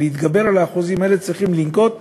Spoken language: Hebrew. כדי להתגבר על האחוזים האלה צריך לנקוט פעולות,